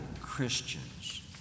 Christians